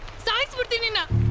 starts within you know